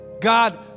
God